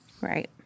Right